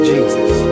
Jesus